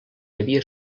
havia